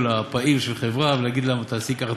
הפעיל של חברה ולהגיד לה תעשי ככה,